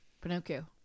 Pinocchio